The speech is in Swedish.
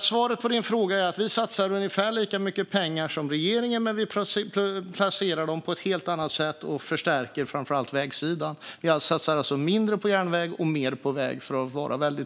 Svaret på frågan är att vi satsar ungefär lika mycket pengar som regeringen men placerar dem på ett helt annat sätt och framför allt förstärker vägsidan. För att vara väldigt tydlig: Vi satsar alltså mindre på järnväg och mer på väg.